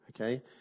okay